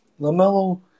LaMelo